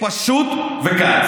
פשוט וקל.